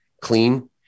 clean